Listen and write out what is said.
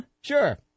Sure